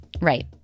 Right